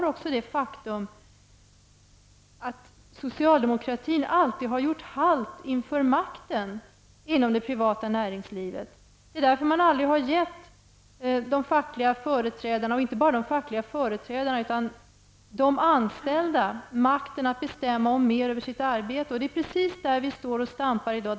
Dessutom har vi det faktum att socialdemokratin alltid har gjort halt inför makten inom det privata näringslivet. Det är därför som man aldrig har gett de fackliga företrädarna, och inte bara dem, utan också de anställda, makten att bestämma mer över sitt arbete. Det är precis här vi står och stampar i dag.